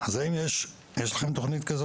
האם יש לכם תוכנית כזאת?